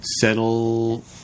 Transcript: settle